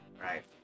Right